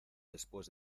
después